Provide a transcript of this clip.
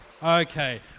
okay